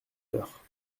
heures